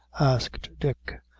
asked dick.